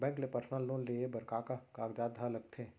Bank ले personal loan लेये बर का का कागजात ह लगथे?